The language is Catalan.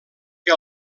que